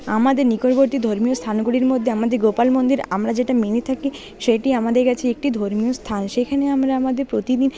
আমাদের নিকটবর্তী ধর্মীয় স্থানগুলির মধ্যে আমাদের গোপাল মন্দির আমরা যেটা মেনে থাকি সেইটি আমাদের কাছে একটি ধর্মীয় স্থান সেখানে আমরা আমাদের প্রতিদিন